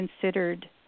considered